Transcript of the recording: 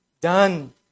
done